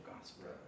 gospel